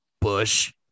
Bush